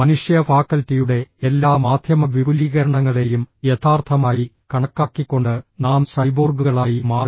മനുഷ്യ ഫാക്കൽറ്റിയുടെ എല്ലാ മാധ്യമ വിപുലീകരണങ്ങളെയും യഥാർത്ഥമായി കണക്കാക്കിക്കൊണ്ട് നാം സൈബോർഗുകളായി മാറി